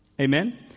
Amen